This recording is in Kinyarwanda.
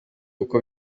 uko